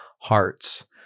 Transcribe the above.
hearts